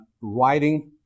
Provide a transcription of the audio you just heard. writing